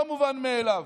לא מובן מאליו.